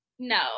no